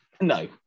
no